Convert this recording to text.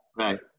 Right